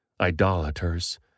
idolaters